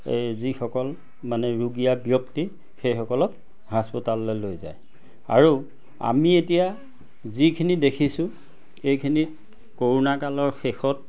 এই যিসকল মানে ৰোগীয়া ব্যক্তি সেইসকলক হাস্পটাললৈ লৈ যায় আৰু আমি এতিয়া যিখিনি দেখিছোঁ এইখিনি কৰোণাকালৰ শেষত